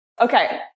Okay